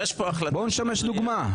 בואו נשמש דוגמה.